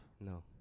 no